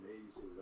amazing